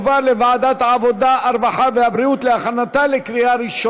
לוועדת העבודה הרווחה והבריאות נתקבלה.